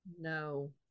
no